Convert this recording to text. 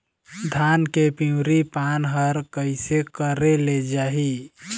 धान के पिवरी पान हर कइसे करेले जाही?